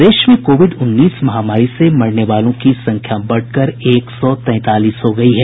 प्रदेश में कोविड उन्नीस महामारी से मरने वालों की संख्या बढ़कर एक सौ तैंतालीस हो गयी है